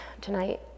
tonight